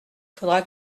faudra